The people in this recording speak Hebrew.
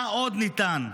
מה עוד ניתן?